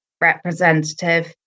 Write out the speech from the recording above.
representative